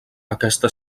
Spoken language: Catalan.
aquesta